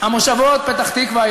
המושבות פתח-תקווה,